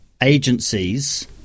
agencies